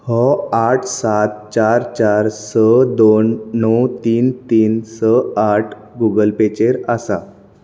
हो आठ सात चार चार स दोन णव तीन तीन स आठ गुगल पे चेर आसा